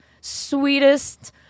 sweetest